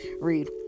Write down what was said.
Read